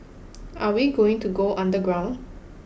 are we going to go underground